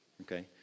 Okay